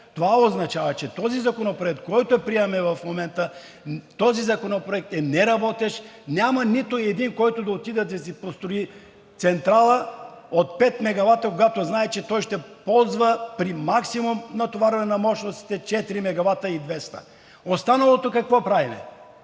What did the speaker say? това означава, че този законопроект, който приемаме в момента, е неработещ. Няма нито един, който да отиде и да си построи централа от 5 мегавата, когато знае, че ще ползва при максимум натоварване на мощностите 4,2 мегавата. Останалото какво го правим?